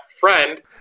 friend